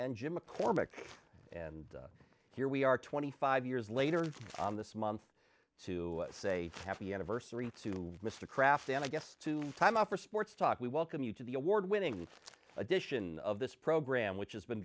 a cormick and here we are twenty five years later this month to say happy anniversary to mr kraft and i guess to time out for sports talk we welcome you to the award winning edition of this program which has been